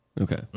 Okay